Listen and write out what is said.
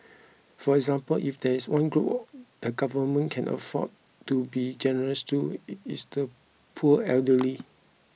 for example if there is one group the government can afford to be generous to it is the poor elderly